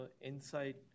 Insight